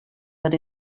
that